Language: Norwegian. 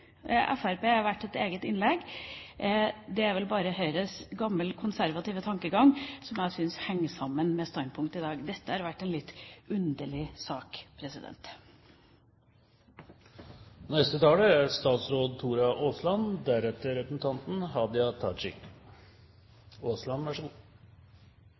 et eget innlegg. Det er vel bare Høyres gamle konservative tankegang som jeg syns henger sammen med standpunktet i dag. Dette har vært en litt underlig sak.